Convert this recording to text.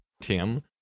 Tim